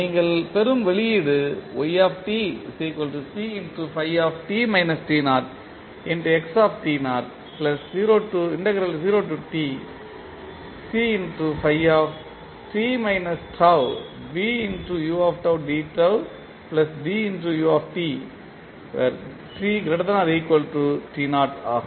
நீங்கள் பெறும் வெளியீடு ஆகும்